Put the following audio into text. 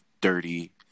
dirty